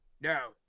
no